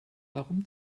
warum